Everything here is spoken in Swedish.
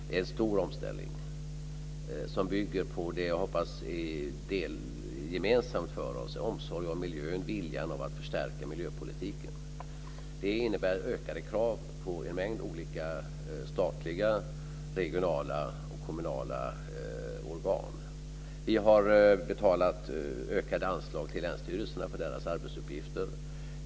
Det är en stor omställning som bygger på det jag hoppas är gemensamt för oss, nämligen en omsorg om miljön och en vilja att förstärka miljöpolitiken. Detta innebär ökade krav på en mängd olika statliga, regionala och kommunala organ. Vi har betalat ökade anslag till länsstyrelserna för deras arbetsuppgifter.